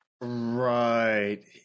Right